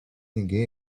ninguém